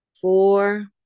Four